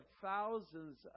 thousands